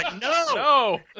no